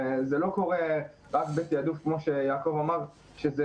זה לא רק בתעדוף כמו שיעקב אופק אמר עם